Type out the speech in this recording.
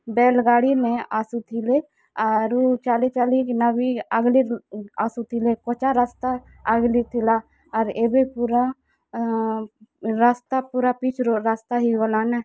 bail ଗାଡ଼ିନେ ଆସୁଥିଲେ ଆରୁ ଚାଲି ଚାଲିକିନା ବି ଆଗ୍ଲି ଆସୁଥିଲେ କଚା ରାସ୍ତା ଆଗ୍ଲି ଥିଲା ଆର୍ ଏବେ ପୁରା ରାସ୍ତା ପୁରା ପିଚ୍ ରୋଡ଼୍ ରାସ୍ତା ହେଇଗଲାନେ